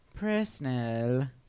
Presnell